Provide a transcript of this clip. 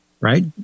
Right